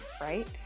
right